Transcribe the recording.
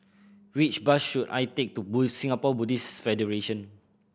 which bus should I take to Buddhist Singapore Buddhist Federation